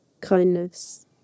kindness